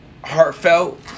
Heartfelt